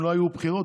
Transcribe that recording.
אם לא היו בחירות,